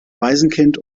waisenkind